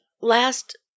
last